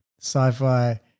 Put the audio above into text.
sci-fi –